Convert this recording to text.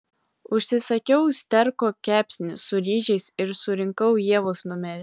užsisakiau sterko kepsnį su ryžiais ir surinkau ievos numerį